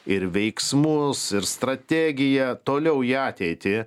ir veiksmus ir strategiją toliau į ateitį